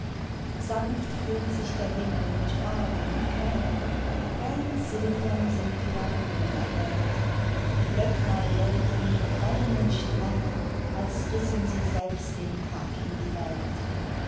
sanft füllt sich der himmel mit farben und klängen fernsilbern sind die lagunen erhellt die glöckner läuten mit brennenden strängen als rissen sie selbst den tag in die welt